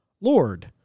Lord